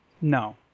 no